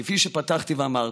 כפי שפתחתי ואמרתי,